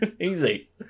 easy